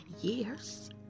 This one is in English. years